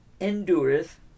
endureth